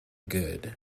good